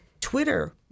twitter